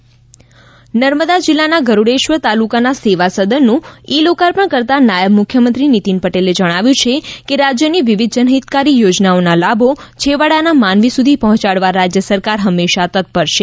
નિતિન પટેલ નર્મદા જિલ્લાના ગરૂડેશ્વર તાલુકાના સેવા સદનનું ઇ લોકાર્પણ કરતા નાયબ મુખ્યમંત્રી નિતિન પટેલે જણાવ્યુ છે કે રાજ્યની વિવિધ જનહિતકારી યોજનાઓના લાભો છેવાડાના માનવી સુધી પહોંચાડવા રાજ્ય સરકાર હંમેશા માટે તત્પર છે